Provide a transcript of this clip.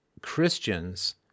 Christians